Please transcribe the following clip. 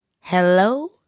hello